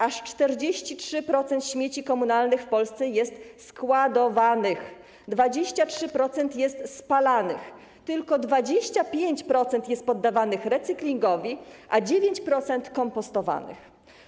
Aż 43% śmieci komunalnych w Polsce jest składowanych, 23% jest spalanych, tylko 25% jest poddawanych recyklingowi, a 9% jest kompostowanych.